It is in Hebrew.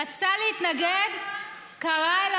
רצתה להתנגד, קרא,